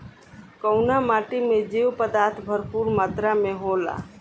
कउना माटी मे जैव पदार्थ भरपूर मात्रा में होला?